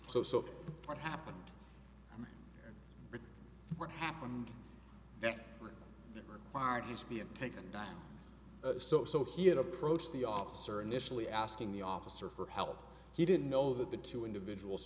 so so what happened what happened that required he's being taken down so so he approached the officer initially asking the officer for help he didn't know that the two individuals